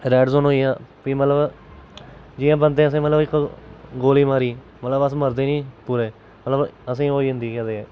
red zone होई गेआ फ्ही मतलब जियां बंदे असें मतलब गोली मारी मतलब अस मरदे नी पूरे मतलब असेंगी ओह् होई जंदी केह् आखदे